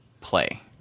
play